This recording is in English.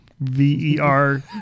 V-E-R